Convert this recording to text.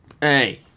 Hey